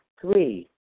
Three